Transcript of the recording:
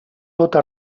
tota